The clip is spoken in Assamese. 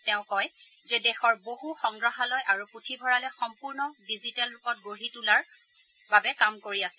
তেওঁ কয় যে দেশৰ বহু সংগ্ৰহালয় আৰু পুঁথিভৰালে সম্পূৰ্ণ ডিজিটেল ৰূপত গঢ়ি তোলাৰ বাবে কাম কৰি আছে